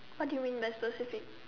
what do you mean by specific